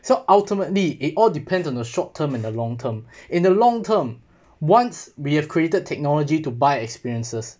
so ultimately it all depends on a short term and a long term in the long term once we have created technology to buy experiences